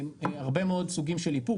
הרבה מאוד סוגים של איפור,